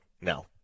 no